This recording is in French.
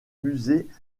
musée